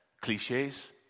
cliches